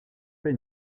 fait